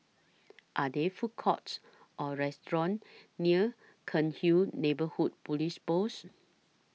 Are There Food Courts Or restaurants near Cairnhill Neighbourhood Police Post